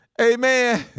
Amen